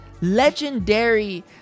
legendary